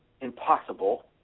impossible